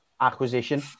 acquisition